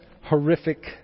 horrific